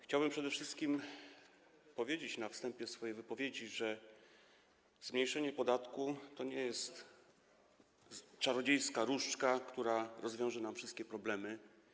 Chciałbym przede wszystkim powiedzieć na wstępie swojej wypowiedzi, że obniżenie podatku to nie jest czarodziejska różdżka, która rozwiąże nam wszystkie problemy.